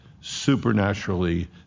supernaturally